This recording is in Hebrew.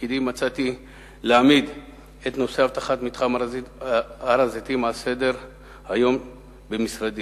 לתפקידי מצאתי להעמיד את נושא אבטחת מתחם הר-הזיתים על סדר-היום במשרדי.